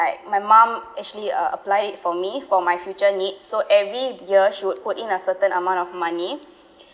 like my mom actually uh apply it for me for my future need so every year should put in a certain amount of money